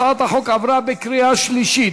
הצעת החוק עברה בקריאה שלישית.